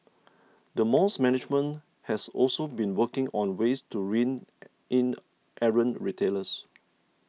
the mall's management has also been working on ways to rein in errant retailers